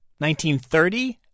1930